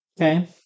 okay